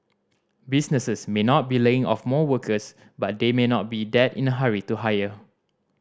businesses may not be laying off more workers but they may not be that in a hurry to hire